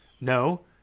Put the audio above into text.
no